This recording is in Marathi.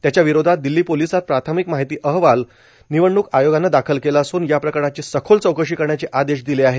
त्याच्या विरोधात दिल्ली पोलीसात प्राथमिक माहिती अहवाल निवडणूक आयोगानं दाखल केला असून या प्रकरणाची सखोल चौकशी करण्याचे आदेश दिले आहेत